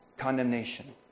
condemnation